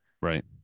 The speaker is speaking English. right